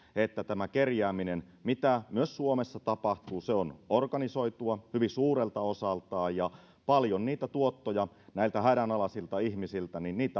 että tämä kerjääminen mitä myös suomessa tapahtuu on organisoitua hyvin suurelta osaltaan ja paljon niitä tuottoja näiltä hädänalaisilta ihmisiltä